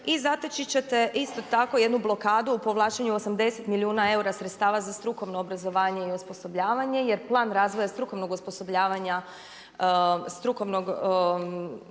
I zateći ćete isto tako jednu blokadu o povlaćenju 80 milijuna eura sredstava za strukovno obrazovanje i osposobljavanje jer plan razvoja strukovnog osposobljavanja, strukovnog